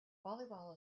volleyball